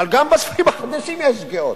אבל גם בספרים החדשים יש שגיאות.